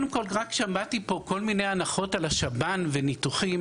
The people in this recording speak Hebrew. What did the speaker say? שמעתי פה כל מיני הנחות על השב"ן וניתוחים.